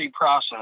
process